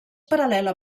paral·lela